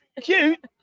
cute